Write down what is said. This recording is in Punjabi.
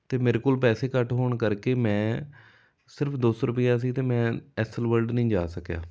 ਅਤੇ ਮੇਰੇ ਕੋਲ ਪੈਸੇ ਘੱਟ ਹੋਣ ਕਰਕੇ ਮੈਂ ਸਿਰਫ਼ ਦੋ ਸੌ ਰੁਪਈਆ ਸੀ ਅਤੇ ਮੈਂ ਐਸਲ ਵਰਲਡ ਨਹੀਂ ਜਾ ਸਕਿਆ